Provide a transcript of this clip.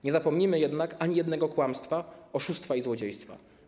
Nie zapomnimy jednak ani jednego kłamstwa, oszustwa i złodziejstwa.